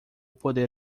poder